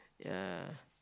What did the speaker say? ya